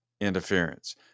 interference